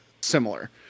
similar